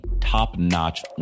top-notch